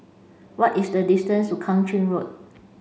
what is the distance to Kang Ching Road